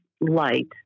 light